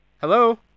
hello